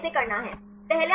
तो यह कैसे करना है